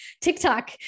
TikTok